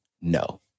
No